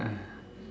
!aiya!